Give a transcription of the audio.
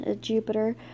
Jupiter